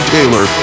Taylor